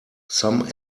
some